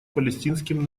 палестинским